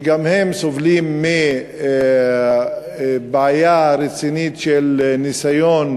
שגם הם סובלים מבעיה רצינית של ניסיון